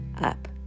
up